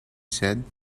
said